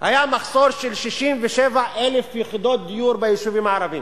היה מחסור של 67,000 יחידות דיור ביישובים הערביים.